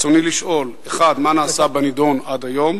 רצוני לשאול: 1. מה נעשה בנדון עד היום?